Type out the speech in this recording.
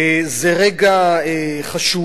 זה רגע חשוב.